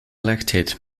elected